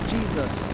Jesus